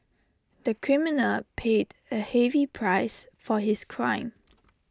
the criminal paid A heavy price for his crime